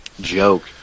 joke